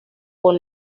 con